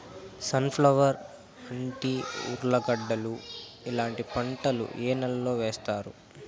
Sun flower, అంటి, ఉర్లగడ్డలు ఇలాంటి పంటలు ఏ నెలలో వేస్తారు?